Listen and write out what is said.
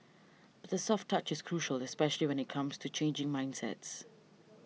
but the soft touch is crucial especially when it comes to changing mindsets